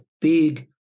big